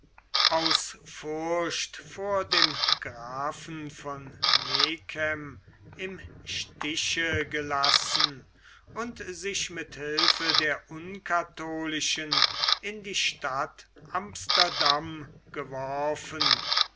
aus furcht vor dem grafen von megen im stiche gelassen und sich mit hilfe der unkatholischen in die stadt amsterdam geworfen